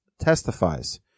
testifies